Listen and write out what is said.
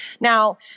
Now